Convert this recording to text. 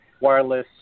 wireless